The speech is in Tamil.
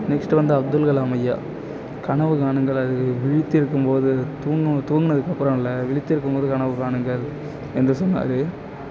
நெக்ஸ்ட் வந்து அப்துல் கலாம் ஐயா கனவு காணுங்கள் அது விழித்திருக்கும் போது தூங்கும் தூங்குனதுக்கு அப்புறம் இல்லை விழித்திருக்கும் போது கனவு காணுங்கள் என்று சொன்னார்